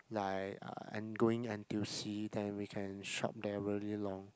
like uh and going N_T_U_C then we can shop there really long